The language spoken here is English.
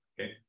okay